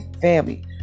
family